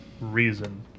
reason